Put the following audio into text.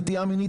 נטייה מינית,